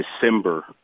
december